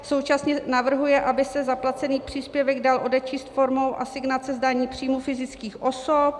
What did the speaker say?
Současně navrhuje, aby se zaplacený příspěvek dal odečíst formou asignace z daní z příjmů fyzických osob.